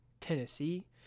Tennessee